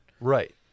Right